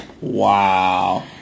Wow